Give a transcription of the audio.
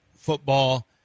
football